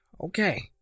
Okay